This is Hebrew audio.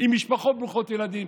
משפחות ברוכות ילדים.